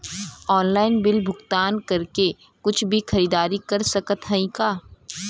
Online bill भुगतान करके कुछ भी खरीदारी कर सकत हई का?